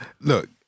Look